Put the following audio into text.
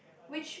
which